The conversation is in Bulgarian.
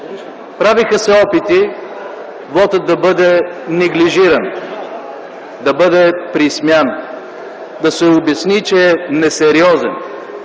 Правиха се опити вотът да бъде неглижиран, да бъде присмян, да се обясни, че е несериозен,